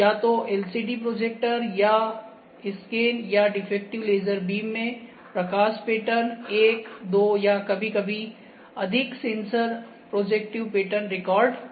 या तो LCD projector या स्कैन या डिफेक्टिव लेजर बीम में प्रकाश पैटर्न एक दो या कभी कभी अधिक सेंसर प्रोजेक्टिव पैटर्न रिकॉर्ड करते हैं